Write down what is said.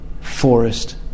forest